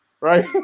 right